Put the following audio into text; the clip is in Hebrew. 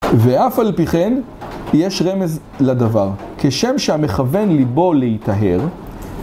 ואף על פי כן יש רמז לדבר כשם שהמכוון ליבו להיטהר